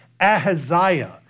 Ahaziah